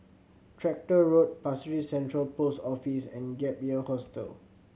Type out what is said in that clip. Tractor Road Pasir Ris Central Post Office and Gap Year Hostel